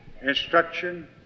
instruction